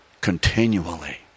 continually